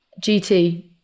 GT